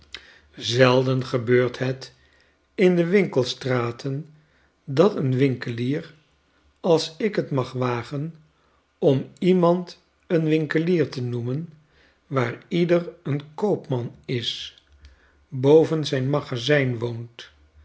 zelden gebeurt het in de winkelstraten dat een winkelier als ik t mag wagen om iemand een winkelier te noemen waar ieder een koopman is boven zijn magazyn woont